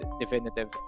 definitive